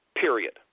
Period